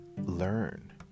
learn